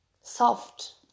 soft